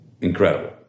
incredible